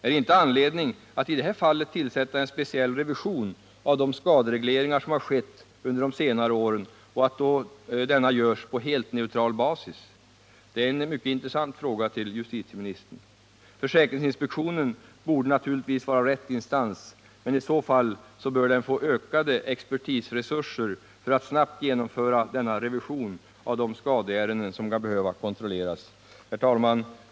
Är det inte anledning att i det här fallet tillsätta en speciell revision av de skaderegleringar som har skett under senare år och att denna då görs på helt neutral basis? Det är en mycket intressant fråga till justitieministern. Försäkringsinspektionen borde naturligtvis vara rätt instans, men om den får uppdraget bör den också få ökade expertresurser för att snabbt genomföra denna revision av de skadeärenden som kan behöva kontrolleras. Herr talman!